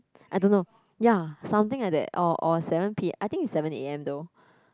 I don't know ya something like that or or seven P I think is seven A_M though